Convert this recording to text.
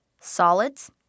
Solids